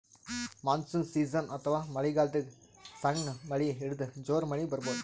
monsoon season ಅಥವಾ ಮಳಿಗಾಲದಾಗ್ ಸಣ್ಣ್ ಮಳಿ ಹಿಡದು ಜೋರ್ ಮಳಿ ಬರಬಹುದ್